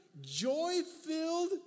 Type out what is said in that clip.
joy-filled